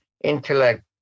intellect